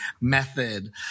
method